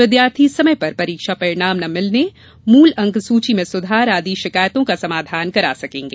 विद्यार्थी समय पर परीक्षा परिणाम न मिलने मूल अंकसूची अंकसूची में सुधार आदि शिकायतों का समाधान करा सकेंगे